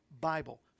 Bible